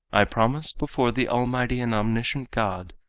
i promise before the almighty and omniscient god,